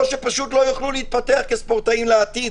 או שפשוט לא יוכלו להתפתח כספורטאים לעתיד.